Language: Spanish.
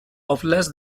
óblast